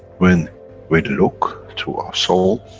when we look through our soul,